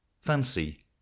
Fancy